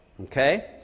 Okay